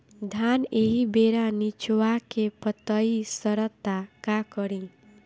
धान एही बेरा निचवा के पतयी सड़ता का करी?